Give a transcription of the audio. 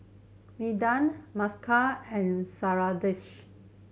Medha Mukesh and Sundaresh